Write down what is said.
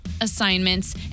assignments